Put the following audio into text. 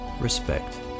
Respect